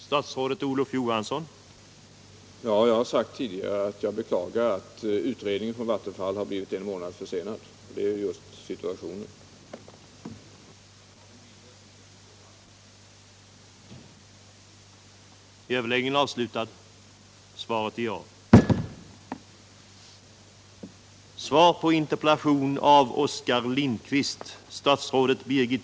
Herr talman! Jag har sagt tidigare att jag beklagar att utredningen från Vattenfall har blivit en månad försenad. Det är detta som gör att vi nu har mindre tid än vi annars skulle haft.